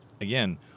again